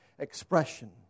Expression